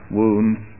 wounds